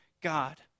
God